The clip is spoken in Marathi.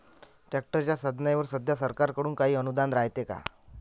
ट्रॅक्टरच्या साधनाईवर सध्या सरकार कडून काही अनुदान रायते का?